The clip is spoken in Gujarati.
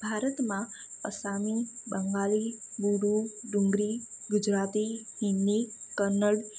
ભારતમાં અસામી બંગાલી ગુડુ ડુંગરી ગુજરાતી હિન્દી કન્નડ